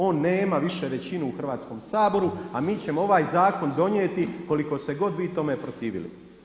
On nema više veću u Hrvatskom saboru, a mi ćemo ovaj zakon donijeti koliko se god vi tome protivili.